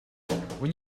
when